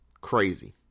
Crazy